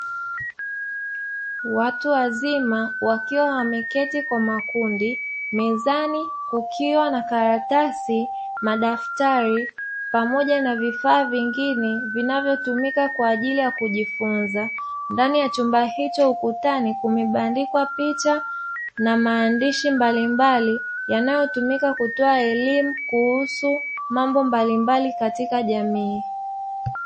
Watu wazima wakiwa wameketi kwa makundi, mezani kukiwa na karatasi, madaftari, pamoja na vifaa vingine vinavyotumika kwa ajili ya kujifunza. Ndani ya chumba hicho cha ukutane kumebandikwa picha na maandishi mbalimbali yanayotumika kutoa elimu kuhusu mambo mbalimbali katika jamii.